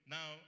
Now